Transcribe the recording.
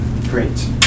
Great